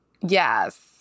Yes